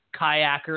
kayaker